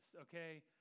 okay